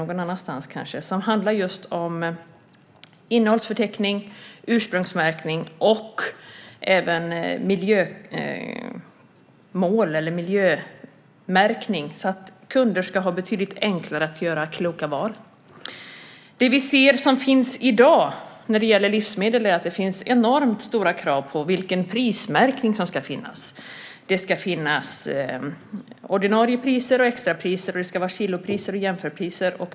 Den handlar just om innehållsförteckning, ursprungsmärkning och även miljömärkning, så att kunder ska ha betydligt enklare att göra kloka val. Det som finns i dag när det gäller livsmedel är enormt stora krav på vilken prismärkning som ska finnas. Det ska finnas ordinarie priser, extrapriser, kilopriser och jämförpriser.